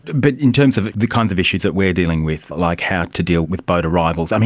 but in terms of the kinds of issues that we are dealing with, like how to deal with boat arrivals, um